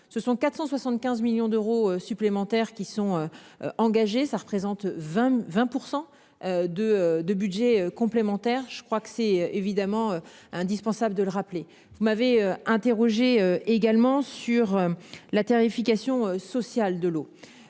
ce sont 475 millions d'euros supplémentaires qui sont. Engagés, ça représente 20%. De, de budget complémentaire. Je crois que c'est évidemment indispensable de le rappeler, vous m'avez interrogé également sur la tarification sociale de l'eau.